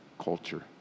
culture